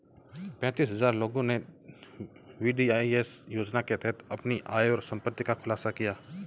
पेंतीस हजार लोगों ने वी.डी.आई.एस योजना के तहत अपनी आय और संपत्ति का खुलासा किया